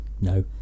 No